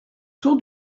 tour